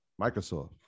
Microsoft